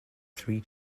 three